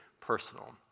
personal